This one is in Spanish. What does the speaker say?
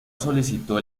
solicitó